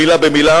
מלה במלה,